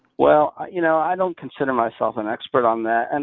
well, you know i don't consider myself an expert on that. and